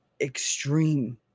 extreme